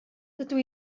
dydw